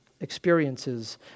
experiences